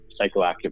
psychoactive